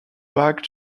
back